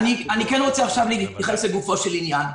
אני רוצה להתייחס לגופו של עניין.